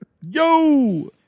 Yo